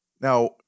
Now